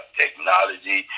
technology